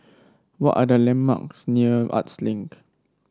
what are the landmarks near Arts Link